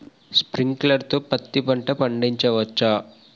Sprinkler తో పత్తి పంట పండించవచ్చా?